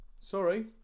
sorry